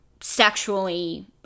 sexually